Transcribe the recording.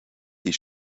die